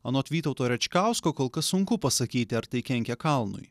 anot vytauto račkausko kol kas sunku pasakyti ar tai kenkia kalnui